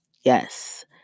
Yes